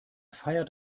feiert